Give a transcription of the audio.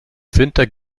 winter